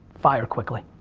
fire quickly.